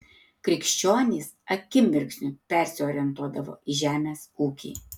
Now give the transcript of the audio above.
krikščionys akimirksniu persiorientuodavo į žemės ūkį